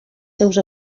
seus